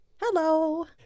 hello